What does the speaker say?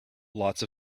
lots